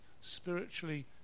spiritually